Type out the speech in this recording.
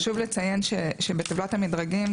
חשוב לציין שבטבלת המדרגים,